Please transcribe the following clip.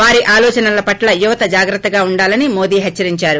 వారి ఆలోచనల పట్ల యువత జాగ్రత్తగా ఉండాలని మోదీ హిచ్చరించారు